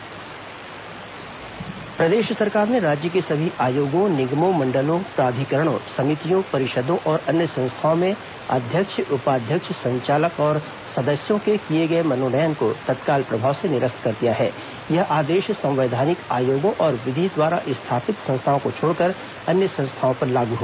आयोग मंडल निरस्त प्रदेश सरकार ने राज्य के सभी आयोगों निगमों मंडलों प्राधिकरणों समितियों परिषदों और अन्य संस्थाओं में अध्यक्ष उपाध्यक्ष संचालक और सदस्यों के किए गए मनोनयन को तत्काल प्रभाव से निरस्त कर दिया यह आदेश संवैधानिक आयोगों और विधि द्वारा स्थापित संस्थाओं को छोड़कर अन्य संस्थाओं पर लागू है